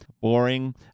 boring